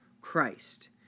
Christ